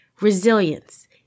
Resilience